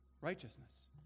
righteousness